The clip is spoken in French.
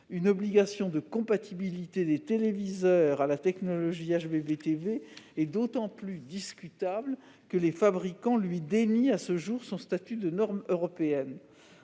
Une obligation de compatibilité des téléviseurs à la technologie Hbb TV est d'autant plus discutable que les fabricants lui dénient à ce jour son statut de norme européenne.